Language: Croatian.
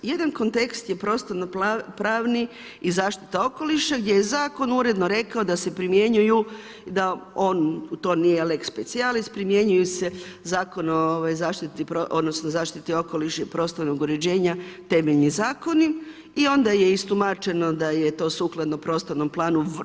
Jedan kontekst je prostorno pravni i zaštita okoliša gdje je Zakon uredno rekao da se primjenjuju, da oni nije lex speciallis, primjenjuje se Zakon o zaštiti odnosno Zaštiti okoliša i prostornog uređenja temeljni zakoni i onda je istumačeno da je to sukladno prostornom planu.